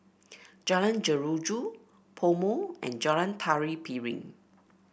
Jalan Jeruju PoMo and Jalan Tari Piring